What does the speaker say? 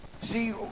See